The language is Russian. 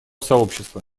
сообщества